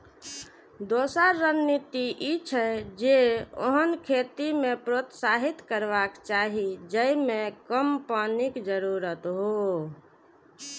दोसर रणनीति ई छै, जे ओहन खेती कें प्रोत्साहित करबाक चाही जेइमे कम पानिक जरूरत हो